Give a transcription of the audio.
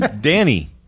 Danny